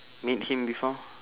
meet him before